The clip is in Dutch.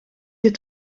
hier